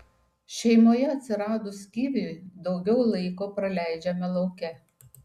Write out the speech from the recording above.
šeimoje atsiradus kiviui daugiau laiko praleidžiame lauke